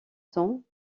temps